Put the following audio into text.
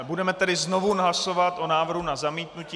Budeme tedy znovu hlasovat o návrhu na zamítnutí.